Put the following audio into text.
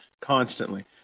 constantly